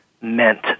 meant